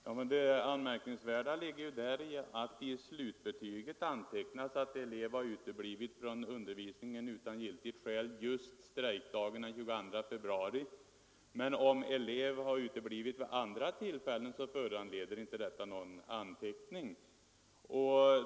Herr talman! Men det anmärkningsvärda ligger ju däri att det i slutbetyget antecknas att elev har uteblivit från undervisningen utan giltigt skäl just strejkdagen den 22 februari medan frånvaro vid andra tillfällen inte föranleder någon anteckning.